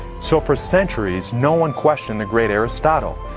so for centuries no one questioned the great aristotle,